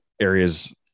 areas